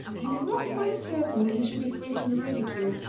he was not quite certain that he should be free from ridicule,